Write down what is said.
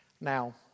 Now